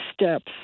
steps